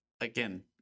again